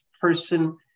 person